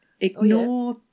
Ignore